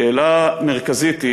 שאלה מרכזית היא